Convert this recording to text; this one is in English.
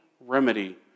remedy